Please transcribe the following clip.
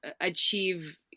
achieve